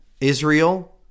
Israel